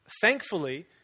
Thankfully